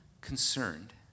concerned